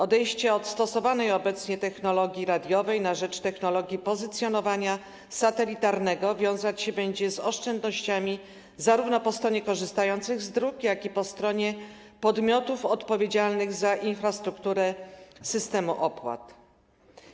Odejście od stosowanej obecnie technologii radiowej na rzecz technologii pozycjonowania satelitarnego wiązać się będzie z oszczędnościami zarówno po stronie korzystających z dróg, jak i po stronie podmiotów odpowiedzialnych za infrastrukturę systemu opłat.